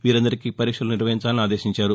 వీరందరికీ పరీక్షలు నిర్వహించాలని ఆదేశించారు